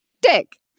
dick